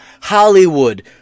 Hollywood